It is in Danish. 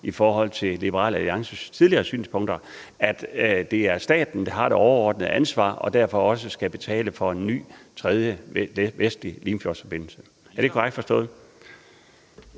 i henhold til Liberal Alliances tidligere synspunkter ud fra, at det er staten, der har det overordnede ansvar og derfor også skal betale for en ny tredje vestlig Limfjordsforbindelse. Er det korrekt forstået?